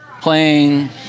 playing